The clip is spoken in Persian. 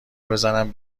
بزنم